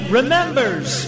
Remembers